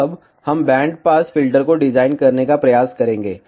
अब हम band pass filter को डिजाइन करने का प्रयास करेंगे